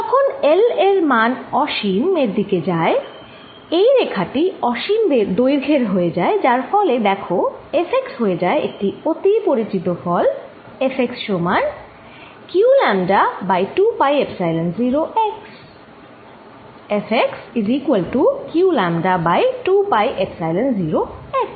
যখনL এর মান অসীম এর দিকে যায় এই রেখাটি অসীম দৈর্ঘ্যের হয়ে যায় যার ফলে দেখো Fx হয়ে যায় একটি অতি পরিচিত ফল Fx সমান q λ by 2 pi epsilon 0 x